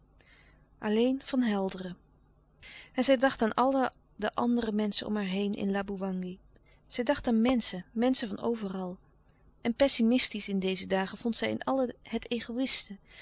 alleen van helderen en zij dacht aan alle de andere menschen om haar heen in laboewangi zij dacht aan menschen menschen van overal en pessimistisch in deze dagen vond zij in allen het egoïste